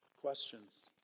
questions